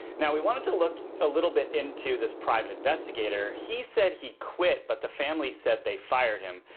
now we wanted to look a little bit into this private investigator, he said he quit but the family said they fired him.